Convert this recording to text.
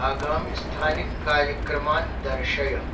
आगामिस्थानिकान् कार्यक्रमान् दर्शय